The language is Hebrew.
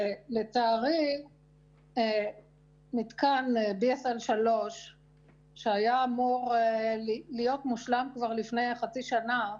לצערי מתקן BSL3 שהיה אמור להיות מושלם כבר לפני חצי שנה,